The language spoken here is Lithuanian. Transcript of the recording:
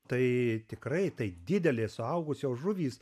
tai tikrai tai didelė suaugusios žuvys